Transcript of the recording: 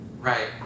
Right